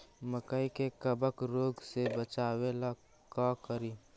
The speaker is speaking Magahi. मकई के कबक रोग से बचाबे ला का करि?